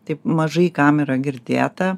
taip mažai kam yra girdėta